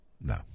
No